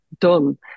done